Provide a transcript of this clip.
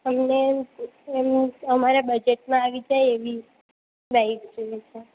અને એમ અમારા બજેટમાં આવી જાય એવી બાઈક જોઈએ છે